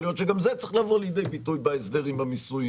להיות שגם זה צריך לבוא לידי ביטוי בהסדרים המיסויים.